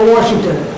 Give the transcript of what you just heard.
Washington